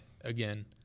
again